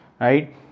right